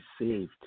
saved